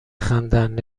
خندند